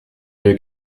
deux